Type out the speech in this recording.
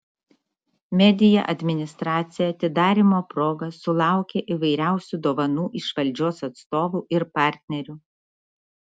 media administracija atidarymo proga sulaukė įvairiausių dovanų iš valdžios atstovų ir partnerių